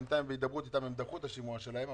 בינתיים בהידברות אתם דחו את השימוע שלהם,